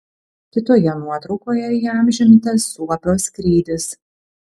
kitoje nuotraukoje įamžintas suopio skrydis